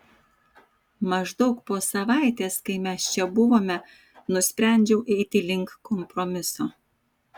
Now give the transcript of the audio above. maždaug po savaitės kai mes čia buvome nusprendžiau eiti link kompromiso